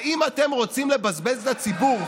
האם אתם רוצים לבזבז לציבור,